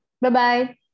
Bye-bye